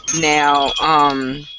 Now